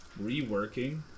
reworking